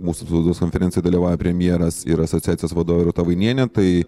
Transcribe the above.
mūsų spaudos konferencijoj dalyvauja premjeras ir asociacijos vadovė rūta vainienė tai